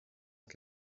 das